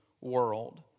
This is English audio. world